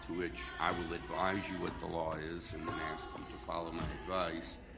to which i will advise you what the law is and then ask you to follow my advice.